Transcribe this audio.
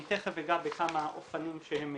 תיכף אגע בכמה אופנים ששלושת המדינות